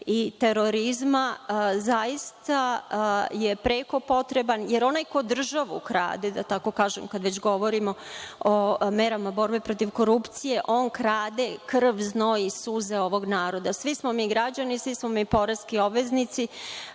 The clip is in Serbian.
i terorizma zaista je preko potreban jer onaj ko državu krade, da tako kažem, kad već govorimo o merama borbe protiv korupcije, on krade i krv, znoj i suze ovog naroda. Svi smo mi građani, svi smo mi poreski obveznici